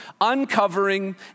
uncovering